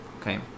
okay